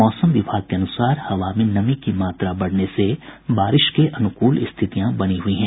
मौसम विभाग के अनुसार हवा में नमी की मात्रा बढ़ने से बारिश के अनुकूल स्थितियां बनी हुई हैं